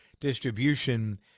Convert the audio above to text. distribution